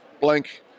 blank